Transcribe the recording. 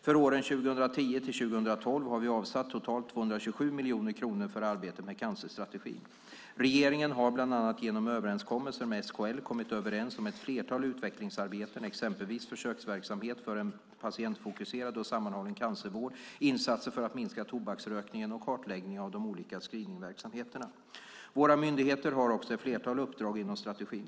För åren 2010-2012 har vi avsatt totalt 227 miljoner kronor för arbetet med cancerstrategin. Regeringen har bland annat genom överenskommelser med SKL kommit överens om ett flertal utvecklingsarbeten, exempelvis försöksverksamhet för en patientfokuserad och sammanhållen cancervård, insatser för att minska tobaksrökningen och kartläggning av de olika screeningverksamheterna. Våra myndigheter har också ett flertal uppdrag inom strategin.